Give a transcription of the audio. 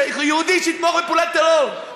יהודי שיתמוך בפעולת טרור,